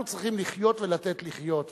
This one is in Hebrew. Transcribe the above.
אנחנו צריכים לחיות ולתת לחיות.